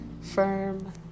firm